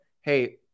hey